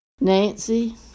Nancy